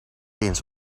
eens